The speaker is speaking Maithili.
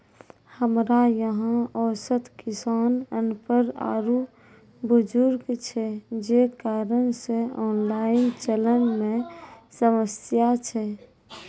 हमरा यहाँ औसत किसान अनपढ़ आरु बुजुर्ग छै जे कारण से ऑनलाइन चलन मे समस्या छै?